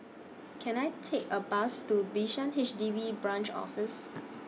Can I Take A Bus to Bishan H D B Branch Office